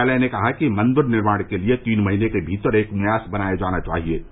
न्यायालय ने कहा है कि मंदिर निर्माण के लिए तीन महीने के भीतर एक न्यास बनाया जाना चाहिए